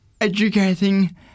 educating